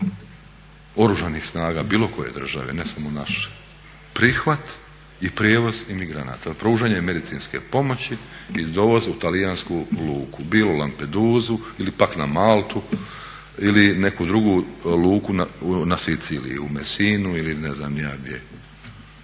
Oružanih snaga bilo koje države, ne samo naše? Prihvat i prijevoz imigranata? Pružanje medicinske pomoći i dovoz u talijansku luku, bilo u Lampedusa ili pak na Maltu ili neku drugu luku na Siciliji u Messinu ili ne znam ni ja gdje?